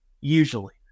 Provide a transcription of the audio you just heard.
usually